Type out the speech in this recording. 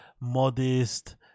modest